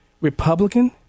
Republican